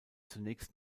zunächst